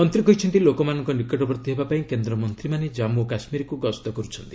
ମନ୍ତ୍ରୀ କହିଛନ୍ତି ଲୋକମାନଙ୍କ ନିକଟବର୍ତ୍ତୀ ହେବା ପାଇଁ କେନ୍ଦ୍ରମନ୍ତ୍ରୀମାନେ ଜାନ୍ପୁ ଓ କାଶ୍ମୀରକୁ ଗସ୍ତ କରୁଛନ୍ତି